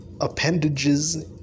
appendages